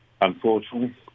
unfortunately